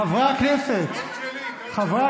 חברי הכנסת, מה זה?